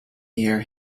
year